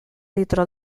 litro